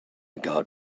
got